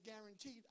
guaranteed